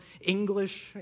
English